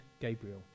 Gabriel